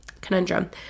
conundrum